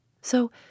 So